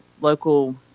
local